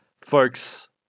folks